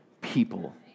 people